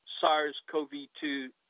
SARS-CoV-2